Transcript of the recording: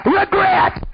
regret